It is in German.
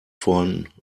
von